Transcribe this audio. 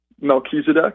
Melchizedek